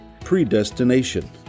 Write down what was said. predestination